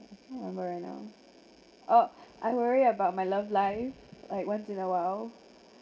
I can't remember right now I worry about my love life like once in awhile